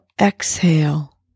exhale